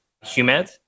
humid